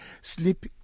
sleep